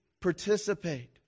participate